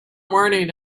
morning